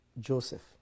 Joseph